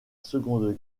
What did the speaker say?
seconde